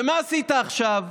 ומה עשית עכשיו?